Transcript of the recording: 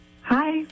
Hi